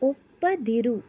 ಒಪ್ಪದಿರು